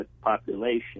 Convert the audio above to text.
population